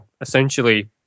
essentially